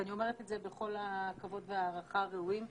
ואני אומרת את זה בכל הכבוד וההערכה הראויים.